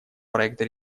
проекта